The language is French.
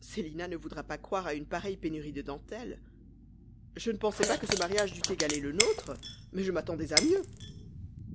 célina ne voudra pas croire à une pareille pénurie de dentelles je ne pensais pas que ce mariage dût égaler le nôtre mais je m'attendais à mieux